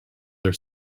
are